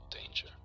danger